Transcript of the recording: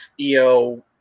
EO